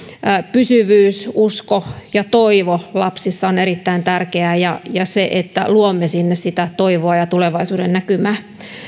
pysyvyys usko ja toivo lapsissa on erittäin tärkeää ja ja se että luomme toivoa ja tulevaisuudennäkymää